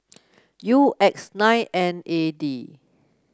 U X nine N eight D